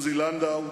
עוזי לנדאו,